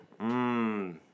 Mmm